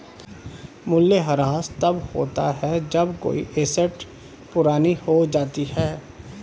मूल्यह्रास तब होता है जब कोई एसेट पुरानी हो जाती है